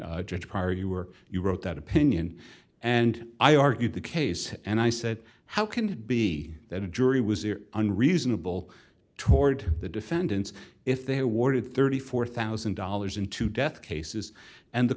judge pryor you were you wrote that opinion and i argued the case and i said how can it be that a jury was in an reasonable toward the defendants if they awarded thirty four thousand dollars in two death cases and the